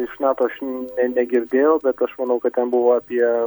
iš nato aš ne negirdėjau bet aš manau kad ten buvo apie